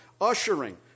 Ushering